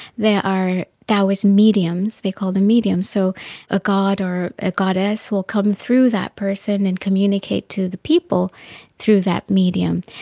there are taoism mediums, they call them mediums. so a god or a goddess will come through that person and communicate to the people through that medium.